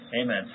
Amen